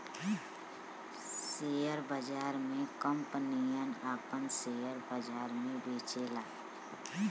share बाजार मे कंपनियन आपन सेअर बाजार मे बेचेला